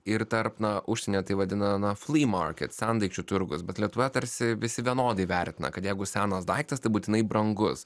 ir tarp na užsieny tai vadina na flee market sendaikčių turgus bet lietuvoje tarsi visi vienodai vertina kad jeigu senas daiktas tai būtinai brangus